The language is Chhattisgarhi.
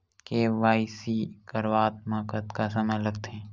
के.वाई.सी करवात म कतका समय लगथे?